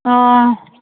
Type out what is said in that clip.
ꯑꯥ